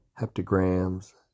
heptagrams